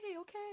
okay